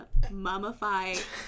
mummify